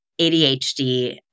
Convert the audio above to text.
ADHD